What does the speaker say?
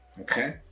Okay